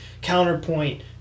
counterpoint